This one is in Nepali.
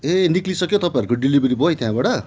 ए निक्ली सक्यो तपाईँहरूको डेलिभरी बोई त्यहाँबाट